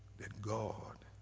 that god